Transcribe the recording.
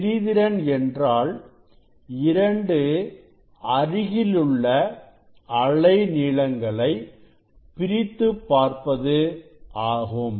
பிரிதிறன் என்றால் 2 அருகிலுள்ள அலை நீளங்களை பிரித்துப் பார்ப்பது ஆகும்